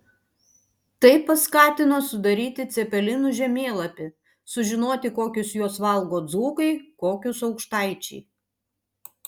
tai paskatino sudaryti cepelinų žemėlapį sužinoti kokius juos valgo dzūkai kokius aukštaičiai